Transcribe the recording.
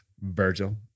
Virgil